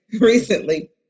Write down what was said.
recently